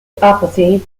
apathy